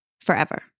forever